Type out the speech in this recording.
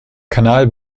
kanal